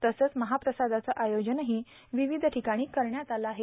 तसंच महाप्रसादाचं आयोजनही विविध ठिकाणी करण्यात आलं आहे